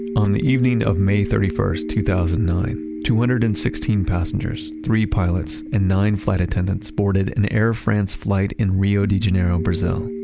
on the evening of may thirty first, two thousand and nine, two hundred and sixteen passengers three pilots, and nine flight attendants boarded an air france flight in rio de janeiro brazil.